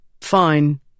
Fine